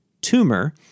Tumor